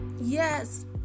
Yes